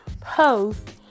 post